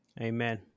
Amen